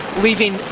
leaving